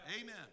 Amen